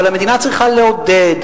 אבל המדינה צריכה לעודד,